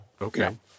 Okay